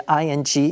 ing